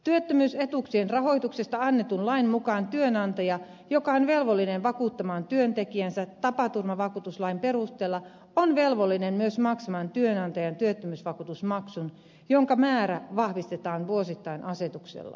työttömyysetuuksien rahoituksesta annetun lain mukaan työnantaja joka on velvollinen vakuuttamaan työntekijänsä tapaturmavakuutuslain perusteella on velvollinen myös maksamaan työnantajan työttömyysvakuutusmaksun jonka määrä vahvistetaan vuosittain asetuksella